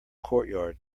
courtyard